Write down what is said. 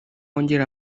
wongera